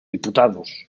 diputados